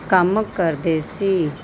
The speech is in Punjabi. ਕੰਮ ਕਰਦੇ ਸੀ